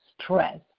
stress